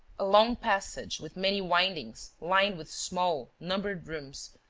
a long passage, with many windings, lined with small, numbered rooms,